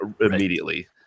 immediately